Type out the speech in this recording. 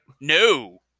No